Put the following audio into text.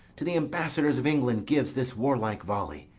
to the ambassadors of england gives this warlike volley.